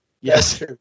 Yes